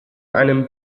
einem